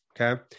okay